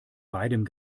beidem